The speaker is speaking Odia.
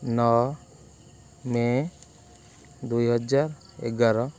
ନଅ ମେ ଦୁଇ ହଜାର ଏଗାର